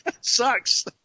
sucks